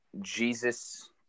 Jesus